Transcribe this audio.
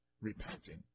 repenting